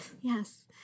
Yes